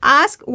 ask